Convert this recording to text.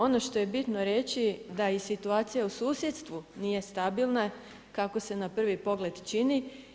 Ono što je bitno reći da i situacija u susjedstvu nije stabilna kako se na prvi pogled čini.